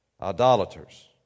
idolaters